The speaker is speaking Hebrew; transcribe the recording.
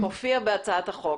זה מופיע בהצעת החוק.